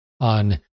on